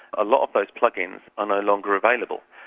a lot of those plug-ins are no longer available.